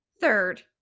Third